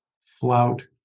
flout